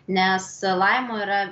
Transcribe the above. nes laimo yra